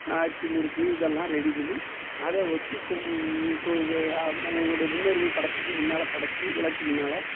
அச்சு முறுக்கு இதெல்லாம் ரெடி பண்ணி அதை வச்சு கும் அப்புறம் எங்களுடைய முன்னோர்கள் படத்துக்கு முன்னால் படைச்சு விளக்கு முன்னால்